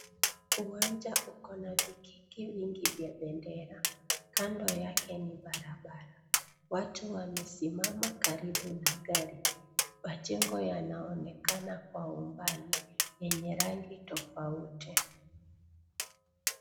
Uwanja uko na vikiki vingi vya bendera. Kando yake ni barabara. Watu wamesimama karibu na gari. Majengo yanaonekana kwa umbali, yenye rangi tofauti.